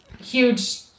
huge